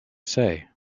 say